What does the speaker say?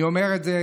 אני אומר את זה